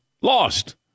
Lost